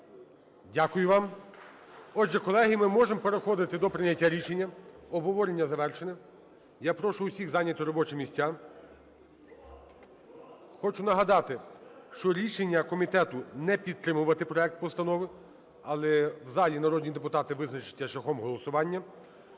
Дякую вам. Отже, колеги, ми можемо до прийняття рішення, обговорення завершено. Я прошу усіх зайняти робочі місця. Хочу нагадати, що рішення комітету - не підтримувати проект постанови. Але в залі народні депутати визначаться шляхом голосування.